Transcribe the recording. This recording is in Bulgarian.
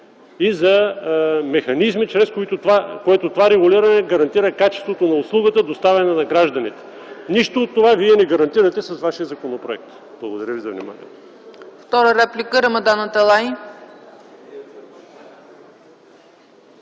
и за механизми, чрез които това регулиране гарантира качеството на услугата, доставена на гражданите. Нищо от това Вие не гарантирате с Вашия законопроект. Благодаря за вниманието.